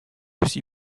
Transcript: aussi